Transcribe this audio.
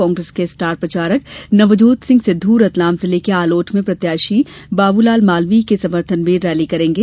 कांग्रेस के स्टार प्रचारक नवजोत सिंह सिद्ध रतलाम जिले के आलोट में पार्टी प्रत्याशी बाबूलाल मालवीय के समर्थन में रैली करेंगे